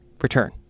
return